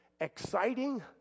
exciting